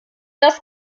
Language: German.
das